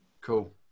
Cool